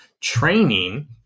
training